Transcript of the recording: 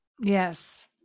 Yes